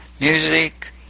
music